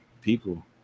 people